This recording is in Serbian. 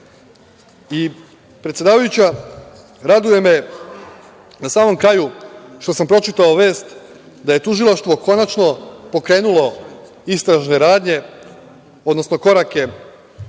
Srbiju. Predsedavajuća, raduje me na samom kraju što sam pročitao vest da je tužilaštvo konačno pokrenulo istražne radnje odnosno korake